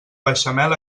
beixamel